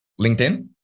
LinkedIn